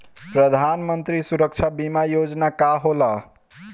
प्रधानमंत्री सुरक्षा बीमा योजना का होला?